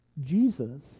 Jesus